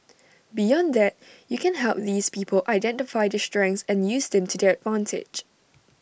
beyond that you can help these people identify their strengths and use them to their advantage